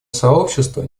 сообщество